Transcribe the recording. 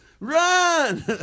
Run